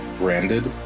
branded